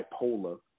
bipolar